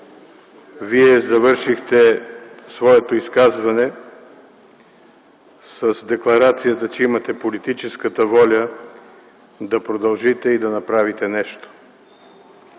Вие завършихте своето изказване с декларацията, че имате политическата воля да продължите и да направите нещо,